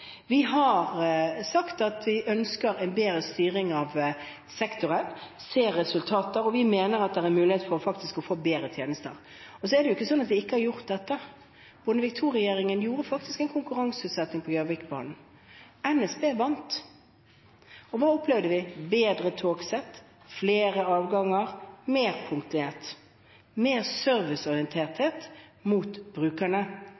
Vi har sagt at vi ønsker en bedre styring av sektoren, se resultater, og vi mener at det er en mulighet for å få bedre tjenester. Så er det jo ikke sånn at vi ikke har gjort dette. Bondevik II-regjeringen gjorde faktisk en konkurranseutsetting på Gjøvikbanen. NSB vant. Og hva opplevde vi? Bedre togsett, flere avganger, mer punktlighet, mer serviceorienterthet mot brukerne.